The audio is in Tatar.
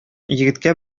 егеткә